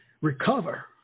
recover